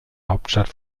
hauptstadt